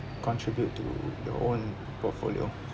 contribute to your own portfolio